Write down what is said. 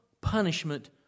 punishment